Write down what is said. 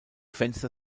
fenster